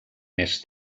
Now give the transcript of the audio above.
més